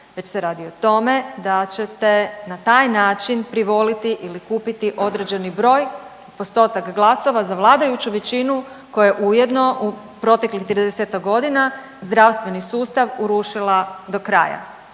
već se radi o tome da ćete na taj način privoliti ili kupiti određeni broj postotak glasova za vladajuću većinu koja je ujedno u proteklih 30-ak godina zdravstveni sustav urušila do kraja,